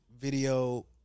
video